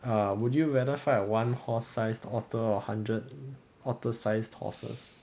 err would you rather fight a one horse sized otter or hundred otter sized horses